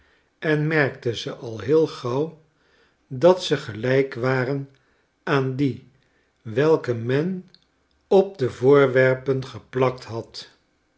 en merkte ze al heel gauw dat ze gelijk waren aan die welke men op de voorwerpen geplakt had